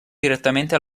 direttamente